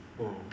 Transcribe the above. mm